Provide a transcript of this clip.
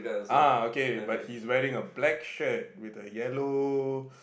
ah okay but he's wearing a black shirt with a yellow